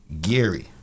Gary